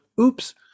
Oops